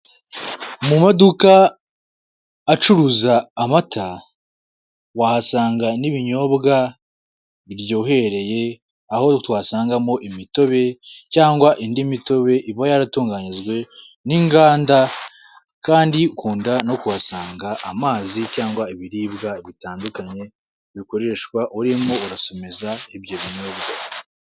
Mu maduka acuruza amata, wahasanga n'ibinyobwa biryohereye aho twasangamo imitobe cyangwa indi mitobe iba yaratunganyijwe n'inganda, kandi ukunda no kuhasanga amazi cyangwa ibiribwa bitandukanye bikoreshwa urimo urasomeza ibyo binyobwa.